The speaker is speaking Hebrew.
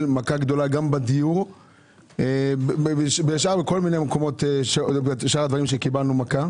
מכה גדולה גם בדיור ובכל מיני מקומות ובשאר הדברים שקיבלנו מכה,